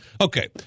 Okay